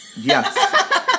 yes